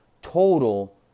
total